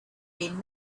been